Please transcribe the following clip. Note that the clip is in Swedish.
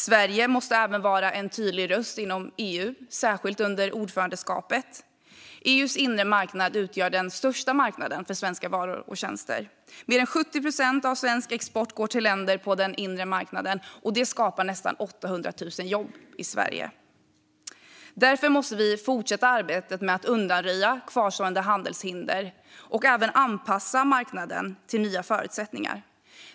Sverige måste även vara en tydlig röst inom EU, särskilt under ordförandeskapet. EU:s inre marknad utgör den största marknaden för svenska varor och tjänster; mer än 70 procent av svensk export går till länder på den inre marknaden, vilket skapar nästan 800 000 jobb i Sverige. Därför måste vi fortsätta arbetet med att undanröja kvarstående handelshinder och även anpassa marknaden till nya förutsättningar.